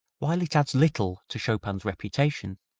while it adds little to chopin's reputation,